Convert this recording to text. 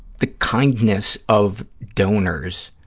the kindness of donors